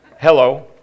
Hello